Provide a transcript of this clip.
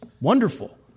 wonderful